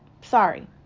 Sorry